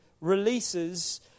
releases